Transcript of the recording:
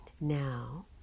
Now